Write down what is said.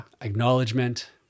acknowledgement